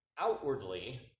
outwardly